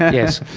yes.